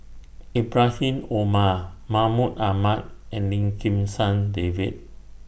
Ibrahim Omar Mahmud Ahmad and Lim Kim San David